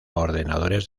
ordenadores